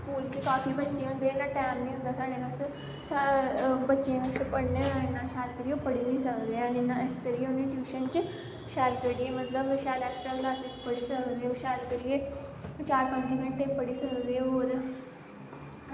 school च काफी बच्चे होंदे इन्ना टैम नी होंदा साढ़े कश बच्चें कश पढ़ने दा इन्ना शैेल करियै पढ़ी बी नी सकदे हैन इस करियै उनेंगी गी टयूशन च शैल करियै मतलव शैल ऐक्सट्रा कलासिस पढ़ी सकदे न ओह् शैल करियै चार पंज घैंटे पढ़ी सकदे होर